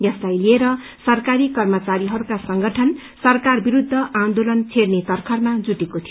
यसलाई लिएर सरकारी कर्मचारीहरूका संगठन सरकार विरूद्ध आन्दोलन छेड़ने तरखरमा जुटेको थियो